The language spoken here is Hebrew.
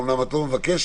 אמנם את לא מבקשת,